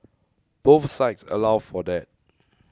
both sites allow for that